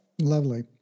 Lovely